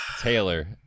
Taylor